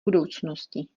budoucnosti